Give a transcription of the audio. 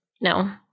no